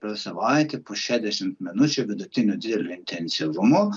per savaitę po šešiasdešimt minučių vidutinio didelio intensyvumo